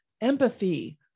empathy